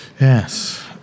yes